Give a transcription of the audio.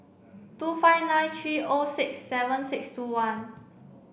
two five nine three O six seven six two one